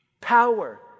Power